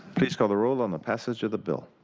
these call the roll on the passage of the bill.